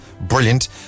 brilliant